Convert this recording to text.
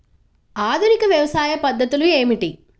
ఆధునిక వ్యవసాయ పద్ధతులు ఏమిటి?